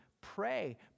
Pray